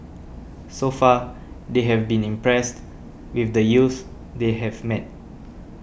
so far they have been impressed with the youths they have met